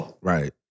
Right